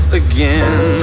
again